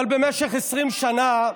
אבל במשך 20 שנה,